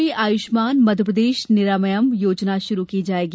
प्रदेश में आयुष्मान मध्यप्रदेश निरामयम योजना शुरू की जाएगी